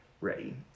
ready